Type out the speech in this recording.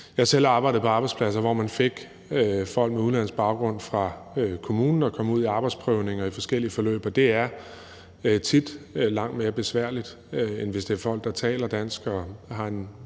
har selv arbejdet på arbejdspladser, hvor man fik folk med udenlandsk baggrund fra kommunen, som kom ud i arbejdsprøvning og i forskellige forløb, og det er tit langt mere besværligt, end hvis det er folk, der taler dansk og har en